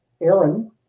Aaron –